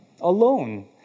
alone